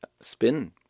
spin